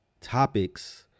topics